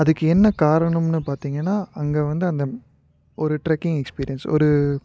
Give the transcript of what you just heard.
அதுக்கு என்ன காரணமுன்னு பார்த்திங்கன்னா அங்கே வந்து அந்த ஒரு ட்ரெக்கிங் எக்ஸ்பீரியன்ஸ் ஒரு